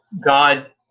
God